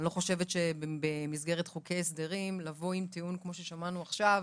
אני לא חושבת שבמסגרת חוקי הסדרים לבוא עם טיעון כמו ששמענו עכשיו,